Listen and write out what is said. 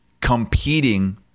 competing